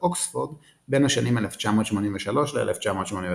אוקספורד בין השנים 1983 ל-1985,